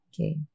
okay